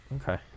okay